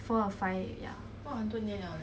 four or five ya